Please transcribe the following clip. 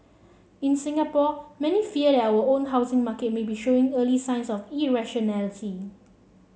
in Singapore many fear that our own housing market may be showing early signs of irrationality